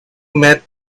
met